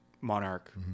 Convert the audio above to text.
monarch